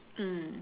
mm